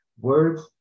words